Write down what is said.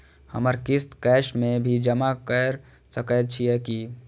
हमर किस्त कैश में भी जमा कैर सकै छीयै की?